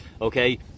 Okay